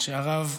שהרב כותב: